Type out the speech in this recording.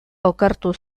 okertu